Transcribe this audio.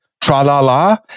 Tra-la-la